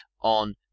on